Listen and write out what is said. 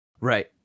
Right